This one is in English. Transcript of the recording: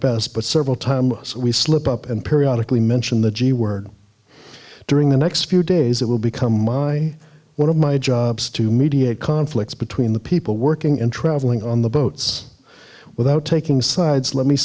best but several times we slip up and periodic we mention the g word during the next few days it will become my one of my jobs to mediate conflicts between the people working and travelling on the boats without taking sides let me